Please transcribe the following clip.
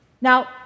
Now